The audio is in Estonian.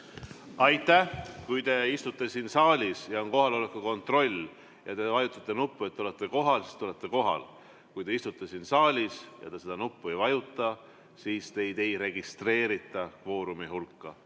Aitäh! Kui te istute siin saalis ja on kohaloleku kontroll ja te vajutate nuppu, et te olete kohal, siis te olete kohal. Kui te istute siin saalis ja te seda nuppu ei vajuta, siis teid ei registreerita kvoorumi hulka.